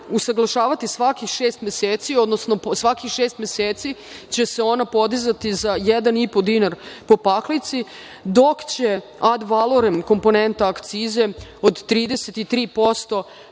usaglašavati svakih šest meseci, odnosno svakih šest meseci će se ona podizati za 1,5 dinar po paklici, dok će ad valoren komponenta akcize od 33%